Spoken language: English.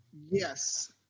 Yes